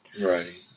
Right